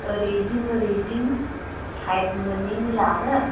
ओरै जिं ओरै जिं सायद मोन्नैनि लागोन